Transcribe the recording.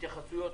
התייחסויות,